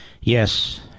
yes